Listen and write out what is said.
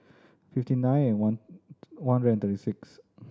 fifty nine and one one hundred and thirty six